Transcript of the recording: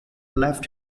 left